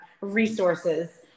resources